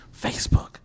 Facebook